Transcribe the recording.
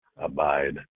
abide